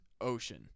ocean